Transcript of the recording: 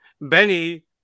Benny